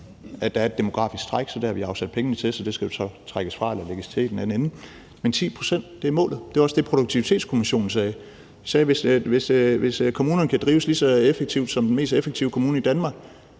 at der er et demografisk træk, så det har vi afsat penge til, og det skal jo så trækkes fra eller lægges til i den anden ende. Men 10 pct. er målet. Det er også det, Produktivitetskommissionen sagde – de sagde, at hvis kommunerne kan drives lige så effektivt som den mest effektive kommune i Danmark,